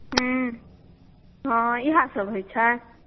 ह्म्म हँ इएहसभ होइ छै